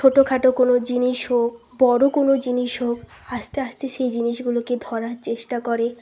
ছোটো খাটো কোনও জিনিস হোক বড়ো কোনও জিনিস হোক আস্তে আস্তে সেই জিনিসগুলোকে ধরার চেষ্টা করে